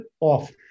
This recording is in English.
off